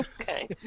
Okay